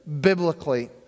biblically